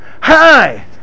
Hi